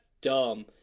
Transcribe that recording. dumb